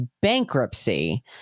bankruptcy